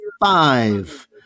five